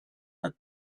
had